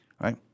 right